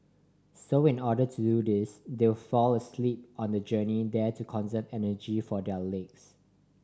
so in order to do this they'll fall asleep on the journey there to conserve energy for their legs